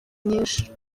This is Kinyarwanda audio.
nyinshi